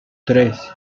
tres